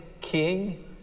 king